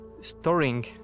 storing